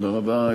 תודה רבה,